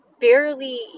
barely